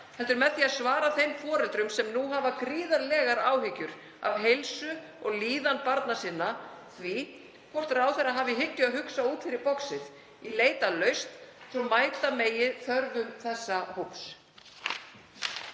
heldur að svara þeim foreldrum sem nú hafa gríðarlegar áhyggjur af heilsu og líðan barna sinna, hvort ráðherra hafi í hyggju að hugsa út fyrir boxið í leit að lausn svo að mæta megi þörfum þessa hóps.